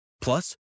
Plus